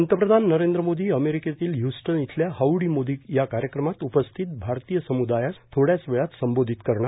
पंतप्रधान नरेंद्र मोदी अमेरिकेतील हयूस्टन इथल्या हाउडी मोदी या कार्यक्रमात उपस्थित भारतीय सम्दायास थोड्याच वेळात संबोधित करणार